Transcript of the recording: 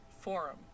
forum